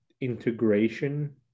integration